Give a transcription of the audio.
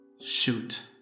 Shoot